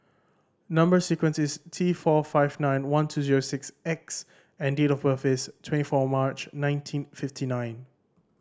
number sequence is T four five nine one two zero six X and date of birth is twenty four March nineteen fifty nine